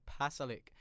Pasalic